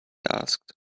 asked